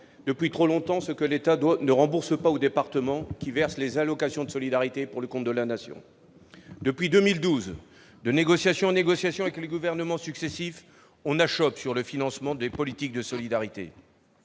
depuis trop longtemps, ce que l'État ne rembourse pas aux départements qui versent les allocations de solidarité pour le compte de la Nation. Depuis 2012, de négociations en négociations avec les gouvernements successifs, on achoppe sur le financement des politiques de solidarité.